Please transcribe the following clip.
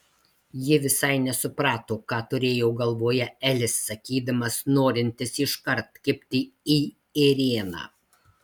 ji visai nesuprato ką turėjo galvoje elis sakydamas norintis iškart kibti į ėrieną